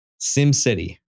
SimCity